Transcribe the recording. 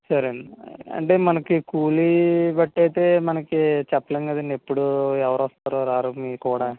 సరేండి అంటే మనకి కూలీ బెటర్ అయితే మనకి చెప్పలేం కదండీ ఎప్పుడు ఎవరు వస్తారో రారో మీకు కూడా